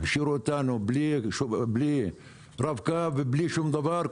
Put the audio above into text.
השאירו אותנו בלי רב קו ובלי שום דבר,